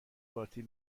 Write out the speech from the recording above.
پارتی